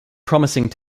promising